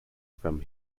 from